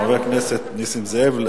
חבר הכנסת נסים זאב,